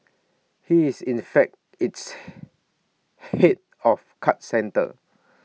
he is in fact its Head of card centre